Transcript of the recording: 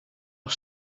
nog